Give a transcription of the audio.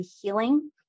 healing